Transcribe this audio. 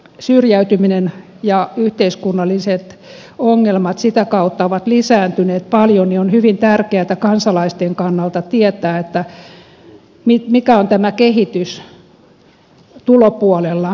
syrjäytyminen ja yhteiskunnalliset ongelmat sitä kautta ovat lisääntyneet paljon ja on hyvin tärkeätä kansalaisten kannalta tietää mikä on tämä kehitys tulopuolella